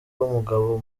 w’umugabo